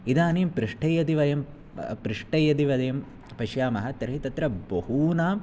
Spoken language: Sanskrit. इदानीं पृष्ठे यदि वयं पृष्ठे यदि वयं पश्यामः तर्हि तत्र बहूनाम्